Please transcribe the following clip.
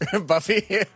Buffy